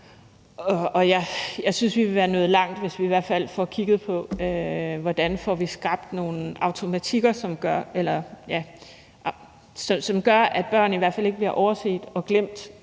Jeg synes, vi vil være nået langt, hvis vi i hvert fald får kigget på, hvordan vi får skabt nogle automatikker, som gør, at børn i hvert fald ikke bliver overset og glemt